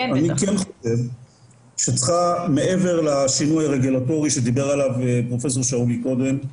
אני כן חושב שמעבר לשינוי הרגולטורי שדיבר עליו פרופסור שאול קודם,